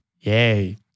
Yay